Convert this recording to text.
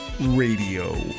Radio